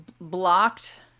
blocked